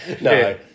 no